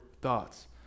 thoughts